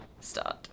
Start